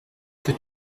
que